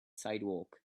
sidewalk